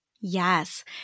Yes